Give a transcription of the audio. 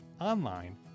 online